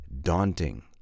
daunting